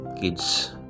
kids